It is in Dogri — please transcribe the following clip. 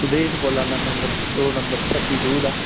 सुदेश बोल्ला ना number roll number thirty two दा